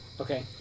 Okay